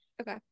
Okay